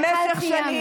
בושה.